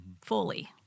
fully